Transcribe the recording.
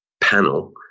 panel